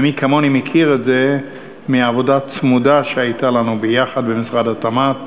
ומי כמוני מכיר את זה מהעבודה הצמודה שהייתה לנו ביחד במשרד התמ"ת